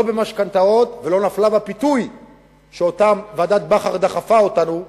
לא במשכנתאות ולא בפיתוי שוועדת-בכר דחפה אותנו אליו,